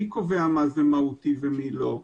מי קובע מה זה מהותי ומה לא?